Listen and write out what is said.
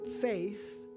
faith